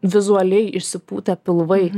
vizualiai išsipūtę pilvai